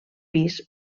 pis